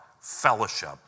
fellowship